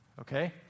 okay